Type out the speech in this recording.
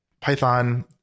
Python